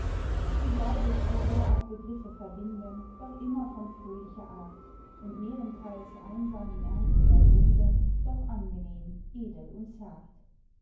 du bleibest so sehr auch begriffe verbinden doch immer von fröhlicher art und mehrentheils einsam im ernsten ergründen doch angenehm edel und zart